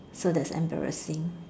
so that's embarrassing